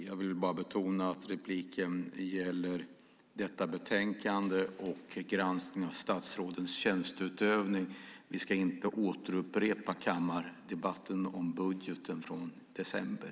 Jag vill bara betona att repliken gäller detta betänkande och granskning av statsrådens tjänsteutövning. Vi ska inte återupprepa kammardebatten om budgeten från december.